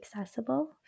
accessible